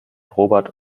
robert